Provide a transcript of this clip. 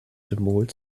symbol